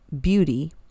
beauty